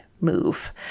move